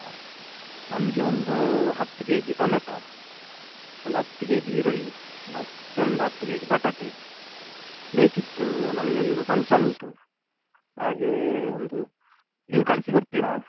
ಹಾಂ ನಮಗೆ ಒಂದು ಹತ್ತು ಕೆ ಜಿ ಟೊಮೆಟ ಒಂದು ಹತ್ತು ಕೆ ಜಿ ಈರುಳ್ಳಿ ಮತ್ತೆ ಒಂದು ಹತ್ತು ಕೆ ಜಿ ಬಟಾಟೆ ಬೇಕಿತ್ತು ನಮ್ಗೊಂದು ಫಂಕ್ಷನ್ ಉಂಟು ಹಾಗೇ ಒಂದು ನೀವು ಕಳಿಸಿ ಕೊಡ್ತೀರಾ